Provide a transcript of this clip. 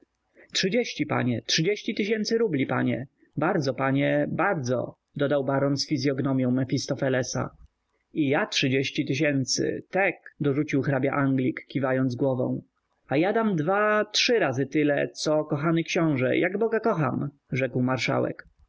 trzydzieści panie trzydzieści tysięcy rubli panie bardzo panie bardzo dodał baron z fizyognomią mefistofelesa i ja trzydzieści tysięcy tek dorzucił hrabia-anglik kiwając głową a ja dam dwa trzy razy tyle co kochany książe jak boga kocham rzekł marszałek